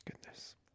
Goodness